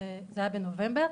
זה היה בנובמבר,